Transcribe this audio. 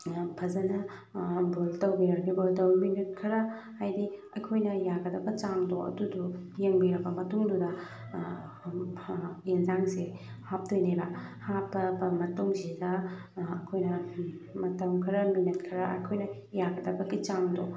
ꯌꯥꯝ ꯐꯖꯅ ꯕꯣꯏꯜ ꯇꯧꯕꯤꯔꯅꯤ ꯑꯗꯨꯒ ꯃꯤꯅꯠ ꯈꯔ ꯍꯥꯏꯗꯤ ꯑꯩꯈꯣꯏꯅ ꯌꯥꯒꯗꯕ ꯆꯥꯡꯗꯣ ꯑꯗꯨꯗꯣ ꯌꯦꯡꯕꯤꯔꯕ ꯃꯇꯨꯡꯗꯨꯗ ꯌꯦꯟꯖꯥꯡꯁꯦ ꯍꯥꯞꯇꯣꯏꯅꯦꯕ ꯍꯥꯞꯄꯕ ꯃꯇꯨꯡꯁꯤꯗ ꯑꯩꯈꯣꯏꯅ ꯃꯇꯝ ꯈꯔ ꯃꯤꯅꯠ ꯈꯔ ꯑꯩꯈꯣꯏꯅ ꯌꯥꯒꯗꯕꯒꯤ ꯆꯥꯡꯗꯣ